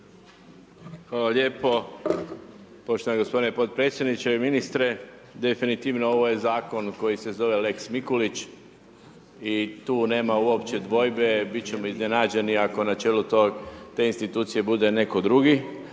Hvala lijepo poštovani gospodine potpredsjedniče i ministre. Definitivno ovo je zakon koji se zove lex Mikulić i tu nema uopće dvojbe biti ćemo iznenađeni, ako na čelu te institucije bude netko drugi,